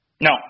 No